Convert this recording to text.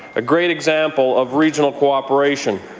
a great example of regional co-operation.